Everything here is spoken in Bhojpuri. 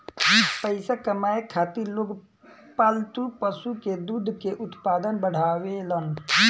पइसा कमाए खातिर लोग पालतू पशु के दूध के उत्पादन बढ़ावेलन